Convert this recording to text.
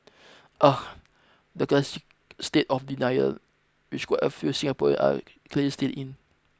the classic state of denial which quite a few Singaporean are clearly still in